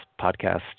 podcast